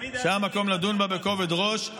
והיה מקום לדון בה בכובד ראש.